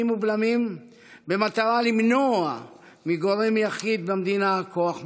ובלמים במטרה למנוע מגורם יחיד במדינה כוח מוחלט.